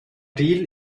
deal